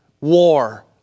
war